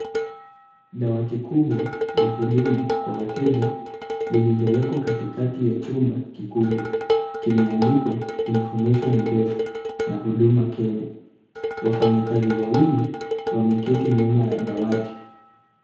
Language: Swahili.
Dawati kubwa la huduma kwa wateja lililowekwa katikati ya chumba kikubwa, kimeandikwa Information Desk na Huduma Kenya. Wafanyikazi wawili wameketi nyuma ya dawati.